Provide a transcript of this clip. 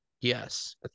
Yes